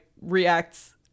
reacts